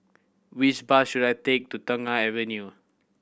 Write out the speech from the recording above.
which bus should I take to Tengah Avenue